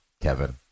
Kevin